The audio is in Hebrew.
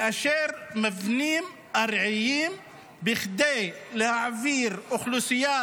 לאשר מבנים ארעיים כדי להעביר אוכלוסייה